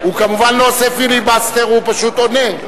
הוא כמובן לא עושה פיליבסטר, הוא פשוט עונה.